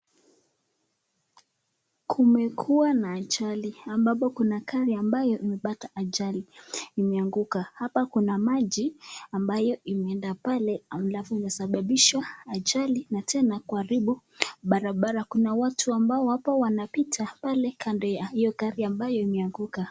Kumekuwa na ajali, ambapo kuna gari ambayo imepata ajali ,imeanguka. Hapa kuna maji ambayo imeenda pale alafu imesababisha ajali ,na tena kuharibu barabara, kuna watu ambao wapo wanapita pale kando ya hiyo gari ambayo ilimeanguka.